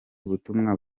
butumwa